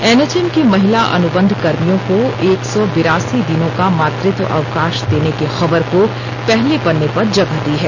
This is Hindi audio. एन एच एम की महिला अनुबंधकर्मियों को एक सौ बिरासी दिनों को मातृतव अवकाश देने की खबर को पहले पन्ने पर जगह दी है